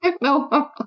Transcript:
No